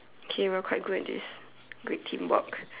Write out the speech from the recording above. okay we are quite good at this great teamwork